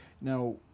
Now